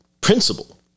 principle